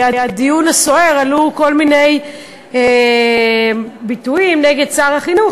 הדיון הסוער עלו כל מיני ביטויים נגד שר החינוך,